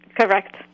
correct